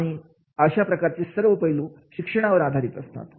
आणि अशा प्रकारचे सर्व पैलू शिक्षणावर आधारित असतात